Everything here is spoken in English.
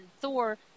Thor